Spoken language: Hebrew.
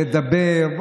לדבר?